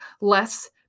less